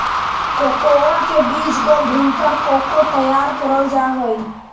cocoa के बीज को भूनकर कोको तैयार करल जा हई